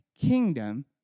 kingdom